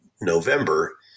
November